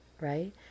Right